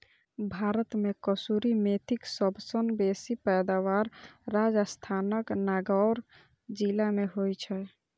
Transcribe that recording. भारत मे कसूरी मेथीक सबसं बेसी पैदावार राजस्थानक नागौर जिला मे होइ छै